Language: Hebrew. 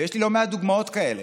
יש לי לא מעט דוגמאות כאלה.